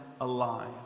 alive